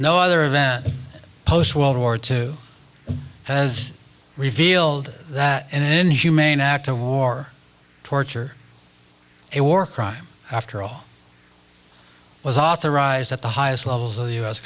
no other than post world war two has revealed that and inhumane act of war torture a war crime after all was authorized at the highest levels of the u